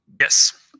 Yes